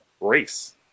Race